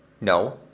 No